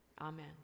Amen